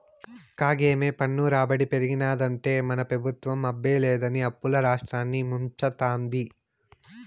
కాగేమో పన్ను రాబడి పెరిగినాదంటే మన పెబుత్వం అబ్బే లేదని అప్పుల్ల రాష్ట్రాన్ని ముంచతాంది